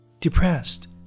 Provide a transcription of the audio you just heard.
depressed